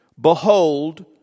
Behold